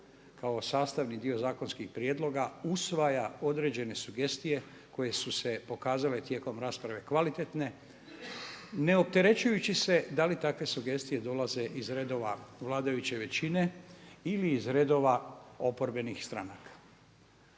kao sastavni dio zakonskih prijedloga usvaja određene sugestije koje su se pokazale tijekom rasprave kvalitetne, neopterećujući se da li takve sugestije dolaze iz redova vladajuće većine ili iz redova oporbenih stranaka.